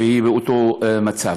היא באותו מצב.